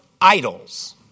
idols